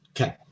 Okay